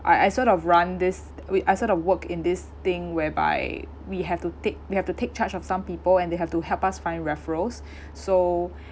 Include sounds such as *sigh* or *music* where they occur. I I sort of run this wait I sort of work in this thing whereby we have to take we have to take charge of some people and they have to help us find referrals *breath* so *breath*